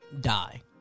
die